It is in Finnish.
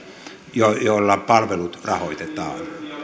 joilla palvelut rahoitetaan